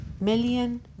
million